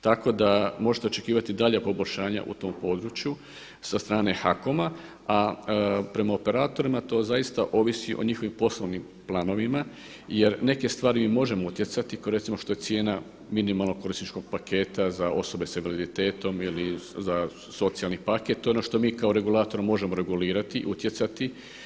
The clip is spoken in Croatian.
Tako da možete očekivati i dalja poboljšanja u tom području sa strane HAKOM-a a prema operatorima to zaista ovisi o njihovim poslovnim planovima jer neke stvari mi možemo utjecati kao recimo što je cijena minimalnog korisničkog paketa za osobe sa invaliditetom ili za socijalni paket, to je ono što mi kao regulator možemo regulirati i utjecati.